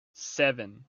seven